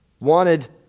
wanted